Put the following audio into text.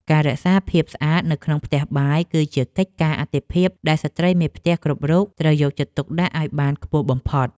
ការរក្សាភាពស្អាតនៅក្នុងផ្ទះបាយ គឺជាកិច្ចការអាទិភាពដែលស្ត្រីមេផ្ទះគ្រប់រូបត្រូវយកចិត្តទុកដាក់ឱ្យបានខ្ពស់បំផុត។